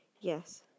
Yes